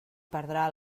perdrà